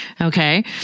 okay